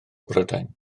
brydain